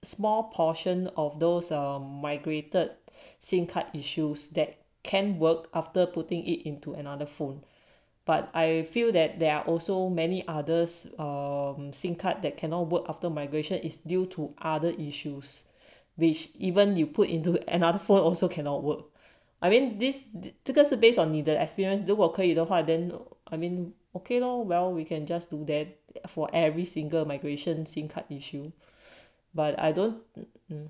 small portion of those um migrated SIM card issues that can work after putting it into another phone but I feel that there are also many others um SIM card that cannot work after migration is due to other issues which even you put into another phone also cannot work I mean this 这个是 based on needed experience 如果可以的话 then I mean okay lor well we can just do that for every single migration SIM card issue but I don't know